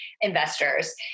investors